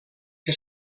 que